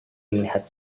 melihat